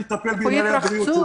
מי יטפל בענייני הבריאות שלהם?